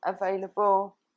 available